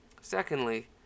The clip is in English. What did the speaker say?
Secondly